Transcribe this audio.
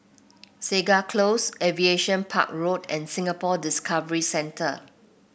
Segar Close Aviation Park Road and Singapore Discovery Centre